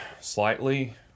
slightly